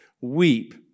weep